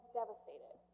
devastated